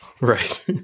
right